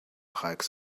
hikes